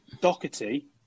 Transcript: Doherty